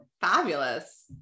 fabulous